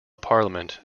parliament